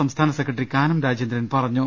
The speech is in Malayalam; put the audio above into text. സംസ്ഥാന സെക്രട്ടറി കാനം രാജേന്ദ്രൻ പറ ഞ്ഞു